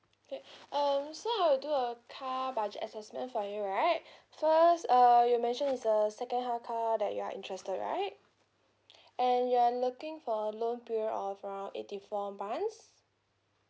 okay um so I'll do a car budget assessment for you right first uh you mentioned it's a secondhand car that you are interested right and you're looking for a loan period of around eighty four months